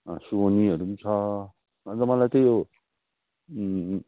सोनीहरू छ अन्त मलाई त्यो